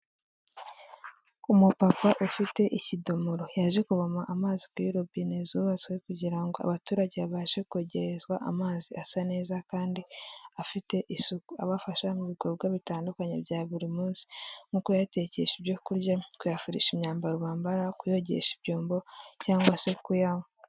Umupapa ufite ikidomoro, yaje kuvoma amazi kuri robine zubatswe kugira ngo abaturage babashe kwegerezwa amazi asa neza kandi afite isuku, abafasha mu bikorwa bitandukanye bya buri munsi, nko kuyatekesha ibyo kurya, kuyafurisha imyambaro bambara, kuyogesha ibyombo cyangwa se kuyanywa.